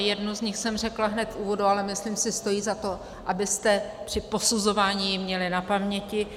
Jednu z nich jsem řekla hned v úvodu, ale myslím si, stojí za to, abyste ji při posuzování měli na paměti.